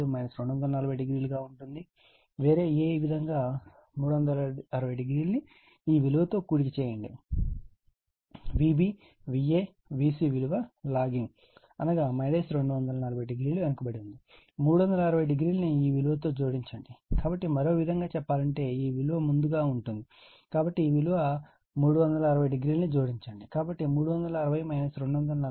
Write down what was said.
80 2400 గా ఉంటుంది వేరే ఈ విధంగా 360o ని ఈ విలువ తో కూడిక చేయండి Vb Va ఆ Vc విలువ లాగింగ్ అనగా 240o లు వెనుకబడి ఉంది కాబట్టి 360o ని ఈ విలువ తో జోడించండి సమయం చూడండి 250 చూడండి కాబట్టి మరో విధంగా చెప్పాలంటే ఈ విలువ ముందు గా ఉంటుంది కాబట్టిఈ విలువ తో360o ని జోడించండి కాబట్టి 360 240 21